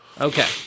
Okay